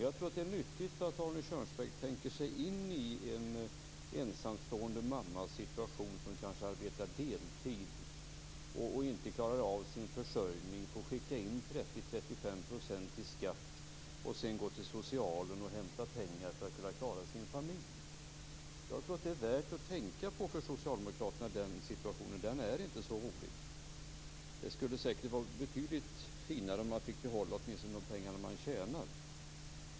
Jag tror att det är nyttigt att Arne Kjörnsberg tänker sig in i situationen för en ensamstående mamma, som kanske arbetar deltid och inte klarar av sin försörjning, får betala in 30-35 % i skatt och sedan gå till socialen och hämta pengar för att klara sin familj. Jag tror att den situationen är värd att tänka på för socialdemokraterna. Den är inte så rolig. Det skulle vara betydligt finare om man åtminstone fick behålla de pengar man tjänar.